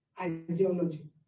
ideology